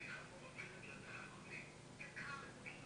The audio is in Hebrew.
אני לא אומר שלא צריך להראות פה דיון, וצריך להבין